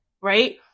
right